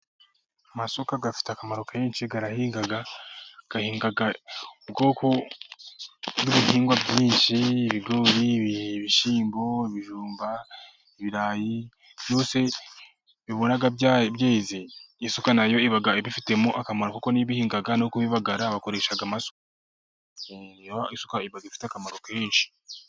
Amasuka afite akamaro kenshi arahinga. Ahinga ubwoko bw'ibihingwa bwinshi. Ibigori, ibishyimbo, ibijumba, ibirayi. Byose bihora byeze, isuka na yo iba ibifitemo akamaro kuko ni yo ibihinga. No kubibagara bakoresha amasuka. Isuka iba ifite akamaro kenshi.